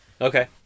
Okay